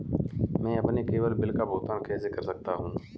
मैं अपने केवल बिल का भुगतान कैसे कर सकता हूँ?